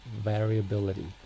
variability